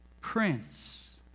Prince